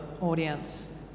audience